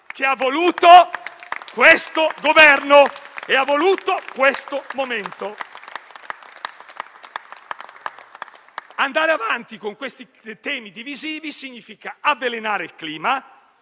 che ha voluto questo Governo e ha voluto questo momento. Andare avanti con questi temi divisivi significa avvelenare il clima